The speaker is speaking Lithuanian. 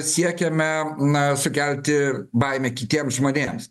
siekiame na sukelti baimę kitiems žmonėms